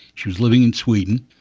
she was living in sweden.